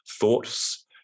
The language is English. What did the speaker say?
thoughts